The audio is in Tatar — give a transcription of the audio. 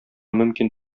мөмкин